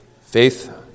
faith